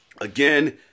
Again